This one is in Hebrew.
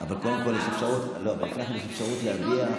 אבל לפני כן יש אפשרות להביע,